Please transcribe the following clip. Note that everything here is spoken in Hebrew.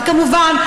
כמובן,